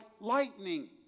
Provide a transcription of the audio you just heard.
lightning